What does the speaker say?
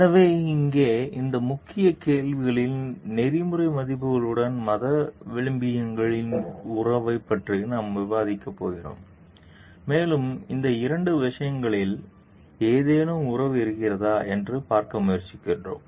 எனவே இங்கே இந்த முக்கிய கேள்வியில் நெறிமுறை மதிப்புகளுடன் மத விழுமியங்களின் உறவைப் பற்றி நாம் விவாதிக்கப் போகிறோம் மேலும் இந்த இரண்டு விஷயங்களுக்கிடையில் ஏதேனும் உறவு இருக்கிறதா என்று பார்க்க முயற்சிக்கிறோம்